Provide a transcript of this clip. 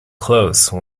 close